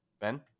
Ben